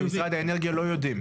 ומשרד האנרגיה לא יודע.